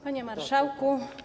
Panie Marszałku!